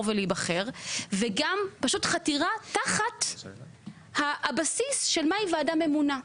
ולהיבחר וגם פשוט חתירה תחת הבסיס של מהי ועדה ממונה.